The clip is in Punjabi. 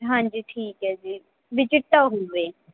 ਹਾਂਜੀ ਠੀਕ ਹੈ ਜੀ ਵੀ ਚਿੱਟਾ ਹੋਵੇ